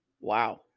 Wow